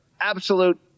absolute